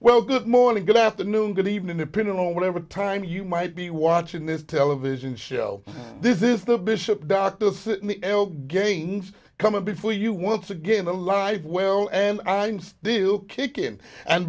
well good morning good afternoon good evening to pin a whatever time you might be watching this television show this is the bishop dr sydney l gangs coming before you once again to live well and i'm still kickin and